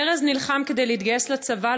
ארז נלחם כדי להתגייס לצבא,